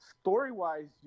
story-wise